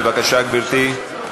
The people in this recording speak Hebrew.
בבקשה, גברתי.